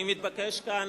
אני מתבקש כאן,